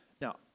Now